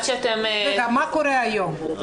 מה קורה היום?